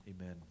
Amen